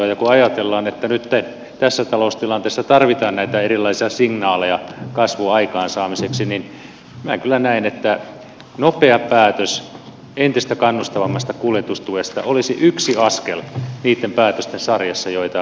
ja kun ajatellaan että nytten tässä taloustilanteessa tarvitaan näitä erilaisia signaaleja kasvun aikaansaamiseksi niin minä kyllä näen että nopea päätös entistä kannustavammasta kuljetustuesta olisi yksi askel niitten päätösten sarjassa joita tässä nyt tarvitaan